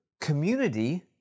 community